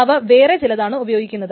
അവ വേറെ ചിലതാണ് ഉപയോഗിക്കുന്നത്